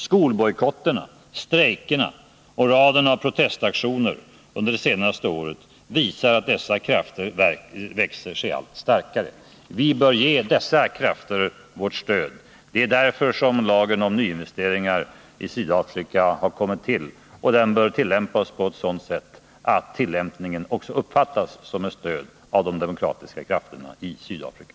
Skolbojkotterna, strejkerna och raden av protestaktioner under det senaste året visar att dessa krafter växer sig allt starkare. Vi bör ge dem vårt stöd. Det är därför som lagen om nyinvesteringar i Sydafrika har kommit till. Den bör då också tillämpas på ett sådant sätt att den även uppfattas som ett stöd av de demokratiska krafterna i Sydafrika.